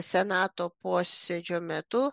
senato posėdžio metu